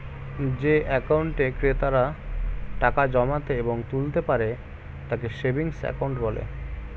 যে অ্যাকাউন্টে ক্রেতারা টাকা জমাতে এবং তুলতে পারে তাকে সেভিংস অ্যাকাউন্ট বলে